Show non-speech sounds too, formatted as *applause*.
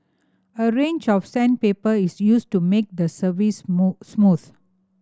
a range of sandpaper is used to make the surface *unintelligible* smooth